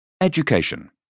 Education